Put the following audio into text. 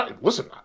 Listen